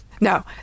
no